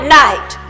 night